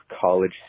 college